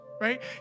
right